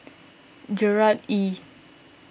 Gerard Ee